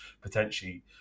potentially